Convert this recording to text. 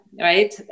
right